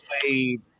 played